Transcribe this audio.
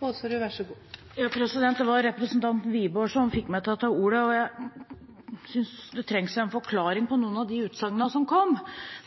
Det var representanten Wiborg som fikk meg til å ta ordet, for jeg syns det trengs en forklaring på noen av de utsagnene som kom.